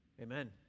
Amen